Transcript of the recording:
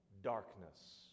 darkness